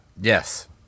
Yes